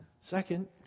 Second